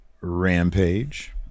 Rampage